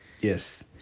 yes